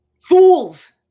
fools